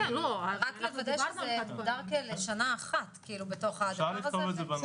לוודא שזה מוגדר לשנה אחת בתוך הדבר הזה.